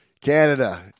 Canada